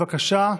בבקשה,